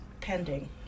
pending